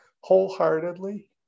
wholeheartedly